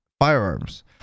firearms